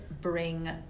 bring